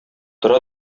тора